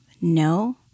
No